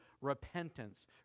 repentance